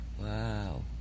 Wow